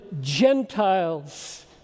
Gentiles